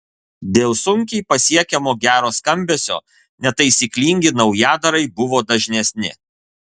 dėl sunkiai pasiekiamo gero skambesio netaisyklingi naujadarai buvo dažnesni